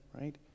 right